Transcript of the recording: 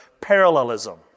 parallelism